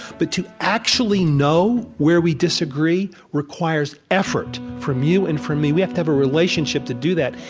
but to actually know where we disagree requires effort from you and from me. we have to have a relationship to do that.